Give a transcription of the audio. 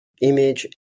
image